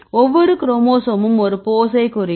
ஒவ்வொரு குரோமோசோமும் ஒரு போஸைக் குறிக்கும்